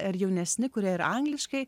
ir jaunesni kurie ir angliškai